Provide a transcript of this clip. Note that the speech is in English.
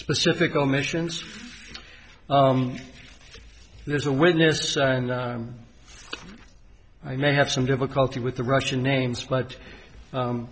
specific omissions there's a witness and i may have some difficulty with the russian names but